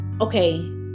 Okay